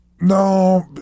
No